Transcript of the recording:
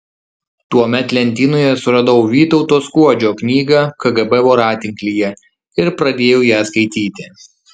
tuomet lentynoje suradau vytauto skuodžio knygą kgb voratinklyje ir pradėjau ją skaityti